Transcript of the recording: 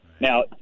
Now